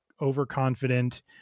overconfident